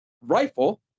rifle